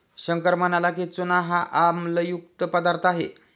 शंकर म्हणाला की, चूना हा आम्लयुक्त पदार्थ आहे